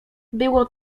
było